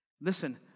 listen